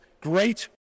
great